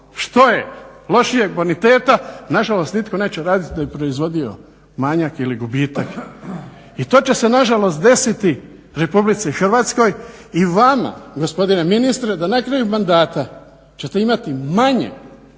što je lošijeg boniteta nažalost nitko neće radit da bi proizvodio manjak ili gubitak. I to će se nažalost desiti Republici Hrvatskoj i vama gospodine ministre da na kraju mandata ćete imati manje